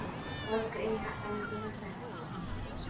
ᱚᱞ ᱠᱟᱜ ᱟᱹᱧ ᱱᱟᱦᱟᱸᱜ ᱧᱩᱛᱩᱢ ᱦᱮᱸᱥᱮ